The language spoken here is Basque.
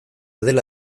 dela